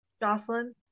Jocelyn